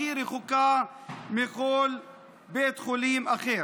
הכי רחוקה מכל בית חולים אחר.